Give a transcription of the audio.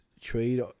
trade